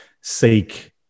seek